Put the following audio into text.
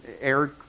air